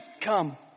Come